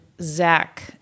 Zach